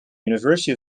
university